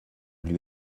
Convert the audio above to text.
lui